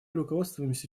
руководствуемся